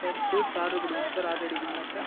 sir fruits order கொடுக்குணும் sir order எடுப்பீங்களா sir